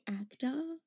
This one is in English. actor